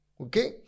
okay